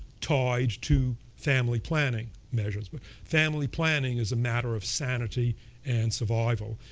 tied to family planning measures. but family planning is a matter of sanity and survival.